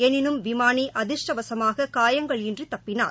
எனினும் விமானிஅதிர்ஷ்டவசமாககாயங்கள் இன்றிதப்பினார்